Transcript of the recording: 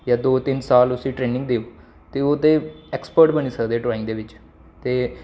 जां दो तिन्न साल उस्सी ट्रनिंग देओ ते ओह् ते एक्सपर्ट बनी सकदे ड्राइंग दे बिच्च